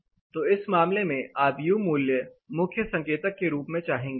तो इस मामले में आप यू मूल्य मुख्य संकेतक के रूप में चाहेंगे